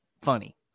funny